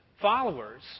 followers